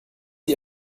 sie